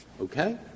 Okay